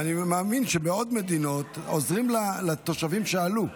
אני מאמין שמעוד מדינות עוזרים לתושבים שעלו.